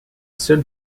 seul